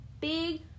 big